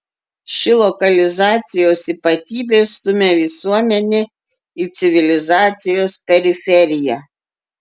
ši lokalizacijos ypatybė stumia visuomenę į civilizacijos periferiją